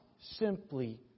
simply